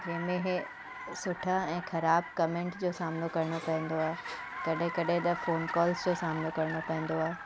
कंहिंमें हे सुठा ऐं ख़राबु कमेंट जो सामिनो करिणो पईंदो आहे कॾहिं कॾहिं त फ़ोन कॉल्स जो सामिनो करिणो पईंदो आहे